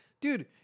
dude